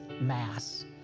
mass